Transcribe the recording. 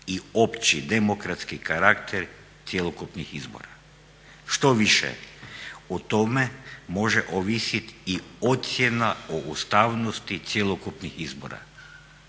i opći demokratski karakter cjelokupnih izbora. Štoviše o tome može ovisiti i ocjena o ustavnosti cjelokupnih izbora.